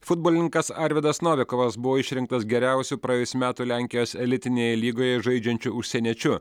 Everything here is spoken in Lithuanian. futbolininkas arvydas novikovas buvo išrinktas geriausiu praėjusių metų lenkijos elitinėje lygoje žaidžiančiu užsieniečiu